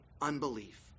unbelief